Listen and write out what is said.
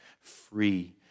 free